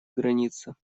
граница